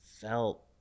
felt